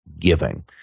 giving